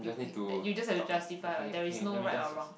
you okay that you just have to justify what there is no right or wrong